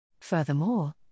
Furthermore